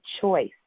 choice